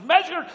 measured